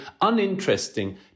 uninteresting